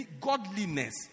godliness